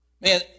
Man